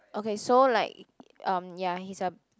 okay so like um ya he's a